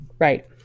Right